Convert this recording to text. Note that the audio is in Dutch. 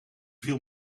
viel